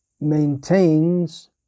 maintains